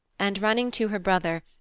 and running to her brother,